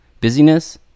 Busyness